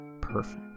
Perfect